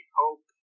hope